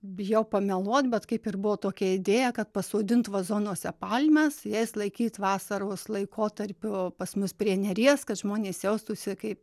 bijau pameluot bet kaip ir buvo tokia idėja kad pasodint vazonuose palmes jas laikyt vasaros laikotarpiu o pas mus prie neries kad žmonės jaustųsi kaip